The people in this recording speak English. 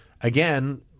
again